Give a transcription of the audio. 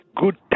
good